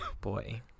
boy